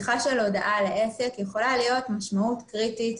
הודעה לעסק יכולה להיות משמעות קריטית,